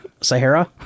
Sahara